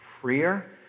freer